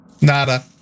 Nada